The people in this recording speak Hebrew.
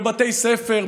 בבתי ספר,